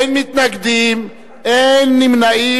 אין מתנגדים, אין נמנעים.